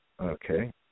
okay